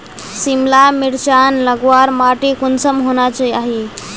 सिमला मिर्चान लगवार माटी कुंसम होना चही?